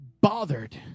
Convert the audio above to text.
bothered